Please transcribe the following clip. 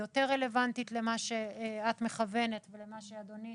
יותר רלוונטית למה שאת מכוונת ולמה שאדוני